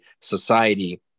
society